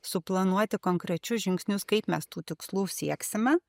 suplanuoti konkrečius žingsnius kaip mes tų tikslų sieksime